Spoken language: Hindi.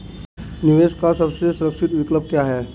निवेश का सबसे सुरक्षित विकल्प क्या है?